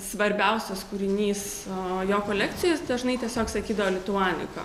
svarbiausias kūrinys o jo kolekcijos dažnai tiesiog sakydavo lituanika